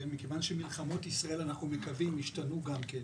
מכיוון שאנחנו מקווים שמלחמות ישראל ישתנו גם כן,